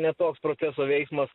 ne toks proceso veiksmas